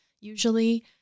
usually